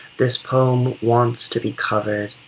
this poem wants to be covered.